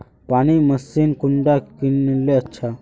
पानी मशीन कुंडा किनले अच्छा?